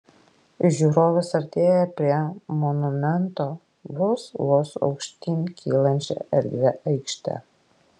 žiūrovas artėja prie monumento vos vos aukštyn kylančia erdvia aikšte